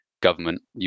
government